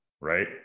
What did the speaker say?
right